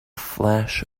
flash